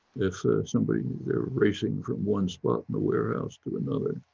if somebody they're racing from one spot in the warehouse to another,